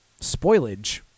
spoilage